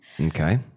Okay